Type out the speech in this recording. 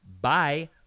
Bye